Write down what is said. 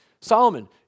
Solomon